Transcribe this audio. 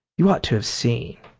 you ought to have seen!